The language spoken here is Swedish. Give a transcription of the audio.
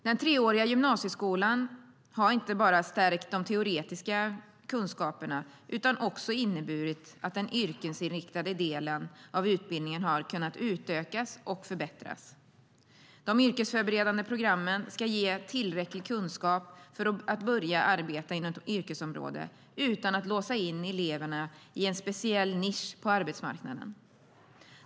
Den treåriga gymnasieskolan har inte bara stärkt de teoretiska kunskaperna utan också inneburit att den yrkesinriktade delen av utbildningen har kunnat utökas och förbättras. De yrkesförberedande programmen ska ge tillräcklig kunskap för att börja arbeta inom ett yrkesområde utan att låsa in eleverna i en speciell nisch på arbetsmarknaden.